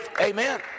Amen